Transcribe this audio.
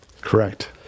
Correct